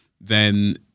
then-